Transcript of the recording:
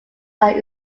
are